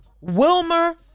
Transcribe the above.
Wilmer